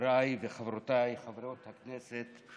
חבריי וחברותיי חברות הכנסת,